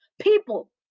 people